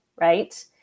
right